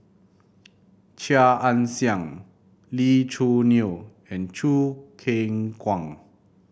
Chia Ann Siang Lee Choo Neo and Choo Keng Kwang